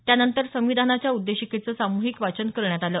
त्यानंतर संविधानाच्या उद्देशिकेचं सामुहिक वाचन करण्यात आलं